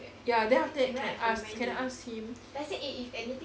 ya then after that can ask can I ask him